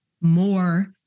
more